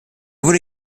wurde